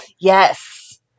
Yes